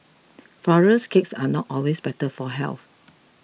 Flourless Cakes are not always better for health